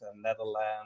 Netherlands